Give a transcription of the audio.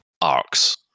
arcs